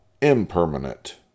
impermanent